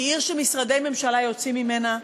היא עיר שמשרדי ממשלה יוצאים ממנה.